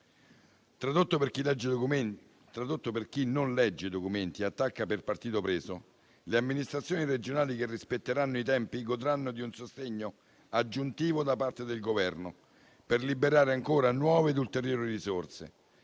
Tradotto per chi non legge i documenti e attacca per partito preso: le amministrazioni regionali che rispetteranno i tempi godranno di un sostegno aggiuntivo da parte del Governo, per liberare ancora nuove e ulteriori risorse,